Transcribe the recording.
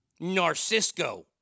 Narcisco